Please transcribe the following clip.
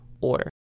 order